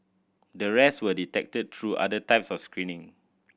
the rest were detected through other types of screening